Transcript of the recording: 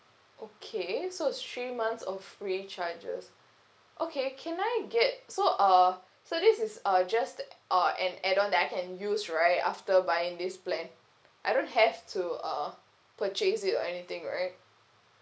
okay so it's three months of free charges okay can I get so uh so this is uh just uh an add on that I can use right after buying this plan I don't have to uh purchase it or anything right